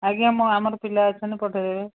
ଆଜ୍ଞା ମୁଁ ଆମର ପିଲା ଅଛନ୍ତି ପଠେଇ ଦେବେ